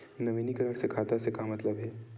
नवीनीकरण से खाता से का मतलब हे?